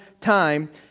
time